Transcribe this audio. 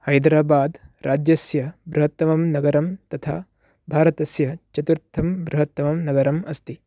हैदराबाद् राज्यस्य बृहत्तमं नगरं तथा भारतस्य चतुर्थं बृहत्तमं नगरम् अस्ति